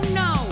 no